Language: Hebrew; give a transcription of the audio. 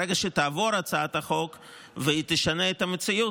ברגע שתעבור הצעת החוק והיא תשנה את המציאות,